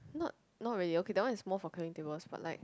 not not really okay that one is more for clearing tables but like